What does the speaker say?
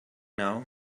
now